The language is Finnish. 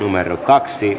kaksi